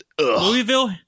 Louisville